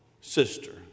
sister